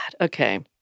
Okay